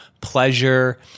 pleasure